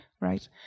right